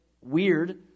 weird